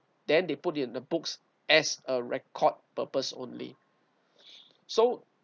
then they put it in the books as a record purpose only so